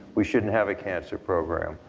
we shouldn't have a cancer program.